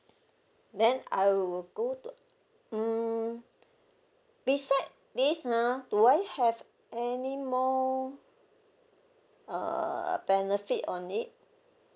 then I'll go to mm beside this ha do I have any more uh benefit on it